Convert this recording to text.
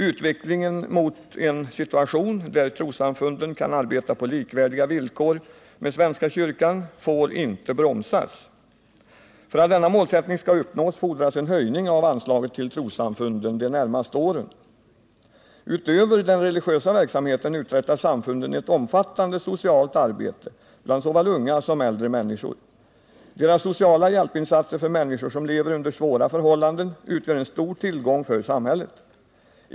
Utvecklingen mot en situation där trossamfunden kan arbeta på likvärdiga villkor med svenska kyrkan får inte bromsas. För att denna målsättning skall uppnås fordras en höjning av anslaget till trossamfunden de närmaste åren. Utöver den religiösa verksamheten uträttar samfunden ett omfattande socialt arbete bland såväl unga som äldre människor. Deras sociala hjälpinsatser för människor som lever under svåra förhållanden utgör en stor tillgång för samhället.